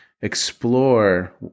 explore